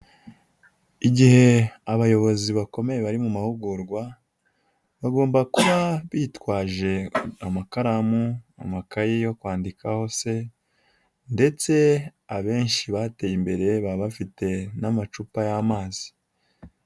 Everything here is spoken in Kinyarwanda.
Igihe abayobozi bakomeye bari mu mahugurwa, bagomba kuba bitwaje amakaramu, amakaye yo kwandikaho se ndetse abenshi bateye imbere baba bafite n'amacupa y'amazi.